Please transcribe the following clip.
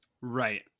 Right